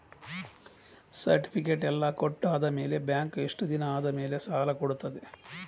Certificate ಎಲ್ಲಾ ಕೊಟ್ಟು ಆದಮೇಲೆ ಬ್ಯಾಂಕ್ ಎಷ್ಟು ದಿನ ಆದಮೇಲೆ ಸಾಲ ಕೊಡ್ತದೆ?